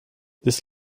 this